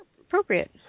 appropriate